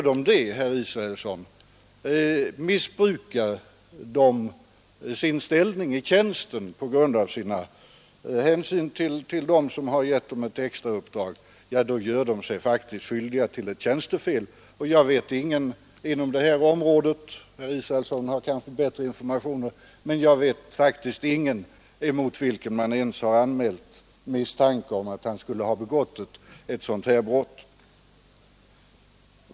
Om de missbrukar sin ställning i tjänsten på grund av hänsyn till dem som har gett dem ett extrauppdrag, herr Israelsson, gör de sig faktiskt skyldiga till tjänstefel. Jag vet ingen inom det här området — herr Israelsson har kanske andra informationer - mot vilken man ens har anmält misstanke om att han skulle ha begått ett sådant här brott.